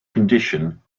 condition